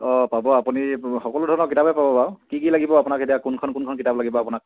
অঁ পাব আপুনি সকলো ধৰণৰ কিতাপেই পাব বাৰু কি কি লাগিব আপোনাক এতিয়া কোনখন কোনখন কিতাপ লাগিব আপোনাক